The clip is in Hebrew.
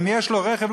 אם יש לו רכב,